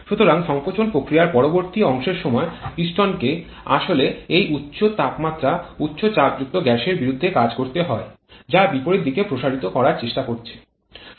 সুতরাং সংকোচন প্রক্রিয়ার পরবর্তী অংশের সময় পিস্টনকে আসলে এই উচ্চ তাপমাত্রা উচ্চ চাপযুক্ত গ্যাসের বিরুদ্ধে কাজ করতে হয় যা বিপরীত দিকে প্রসারিত করার চেষ্টা করছে